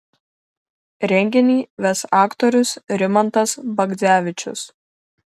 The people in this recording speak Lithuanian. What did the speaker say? renginį ves aktorius rimantas bagdzevičius